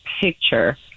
picture